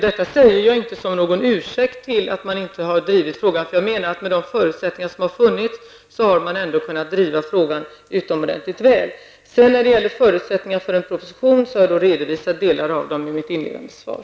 Detta säger jag inte som någon ursäkt till att man inte har drivit frågan. Jag menar att med de förutsättningar som funnits har man ändå kunnat driva frågan utomordentligt väl. När det gäller förutsättningar för en proposition har jag redovisat delar av dem i mitt inledande svar.